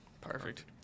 Perfect